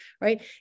right